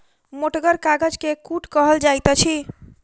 मोटगर कागज के कूट कहल जाइत अछि